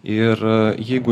ir jeigu